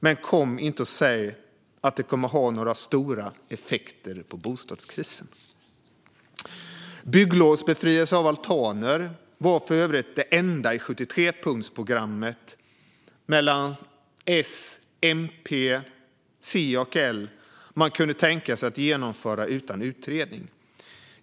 Men kom inte och säg att det kommer att ha några stora effekter i fråga om bostadskrisen! Bygglovsbefrielse för altaner var för övrigt det enda i 73-punktsprogrammet mellan S, MP, C och L som man kunde tänka sig att genomföra utan utredning.